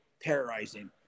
terrorizing